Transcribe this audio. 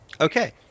Okay